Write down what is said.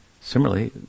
similarly